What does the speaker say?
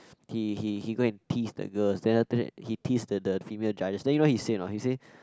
he he he go and tease the girls then after that he tease the the female judges then you know what he say or not he say